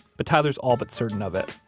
but tyler's all but certain of it.